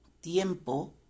tiempo